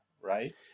right